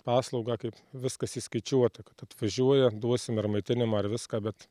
paslaugą kaip viskas įskaičiuota kad atvažiuoja duosime ir maitinimą ar viską bet